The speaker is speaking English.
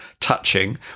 touching